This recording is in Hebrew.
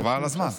חבל על הזמן.